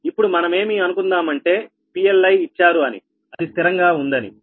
ఇప్పుడు మనమేమీ అనుకుందామంటే PLi ఇచ్చారు అని అది స్థిరంగా ఉందని